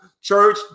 Church